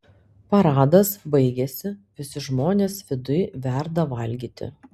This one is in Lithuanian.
paradas baigėsi visi žmonės viduj verda valgyti